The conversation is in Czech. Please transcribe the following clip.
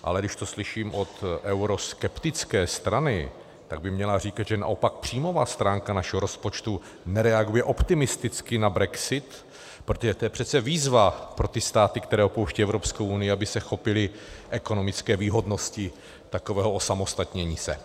Ale když to slyším od euroskeptické strany, tak by měla říkat, že naopak příjmová stránka našeho rozpočtu nereaguje optimisticky na brexit, protože to je přece výzva pro ty státy, které opouštějí Evropskou unii, aby se chopily ekonomické výhodnosti takového osamostatnění se.